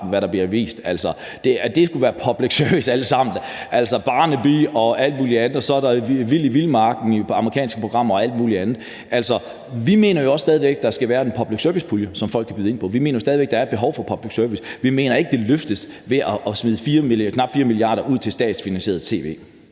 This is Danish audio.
hvad der bliver vist. Skulle det alt sammen være public service, altså »Kriminalkommissær Barnaby« og alt muligt andet? Og så er der »Alene i vildmarken« og alle mulige amerikanske programmer. Altså, vi mener også stadig væk, der skal være en public service-pulje, som folk kan byde ind på; vi mener jo stadig væk, at der er et behov for public service, men vi mener ikke, at det løftes ved at smide knap 4 mia. kr. ud til statsfinansieret tv.